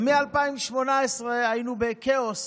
ומ-2018 היינו בכאוס